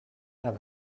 have